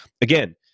again